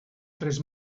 tres